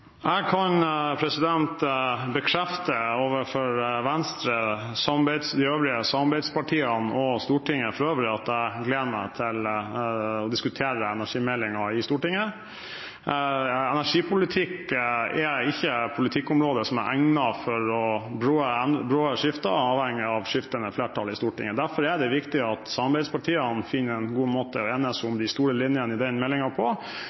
Jeg kan bekrefte overfor Venstre, de øvrige samarbeidspartiene og Stortinget for øvrig at jeg gleder meg til å diskutere energimeldingen i Stortinget. Energipolitikk er ikke et politikkområde som er egnet for bråe skifter avhengig av skiftende flertall i Stortinget. Derfor er det viktig at samarbeidspartiene finner en god måte å enes om de store linjene i den meldingen på,